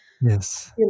yes